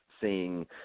seeing